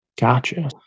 Gotcha